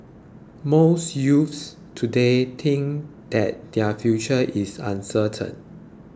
most youths today think that their future is uncertain